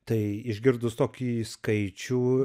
tai išgirdus tokį skaičių